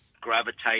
gravitate